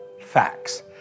Facts